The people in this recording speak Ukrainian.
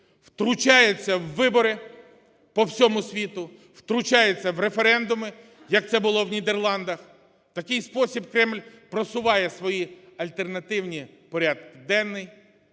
втручається у вибори по всьому світу, втручається у референдуми, як це було у Нідерландах. У такий спосіб Кремль просуває свої альтернативні порядки денні,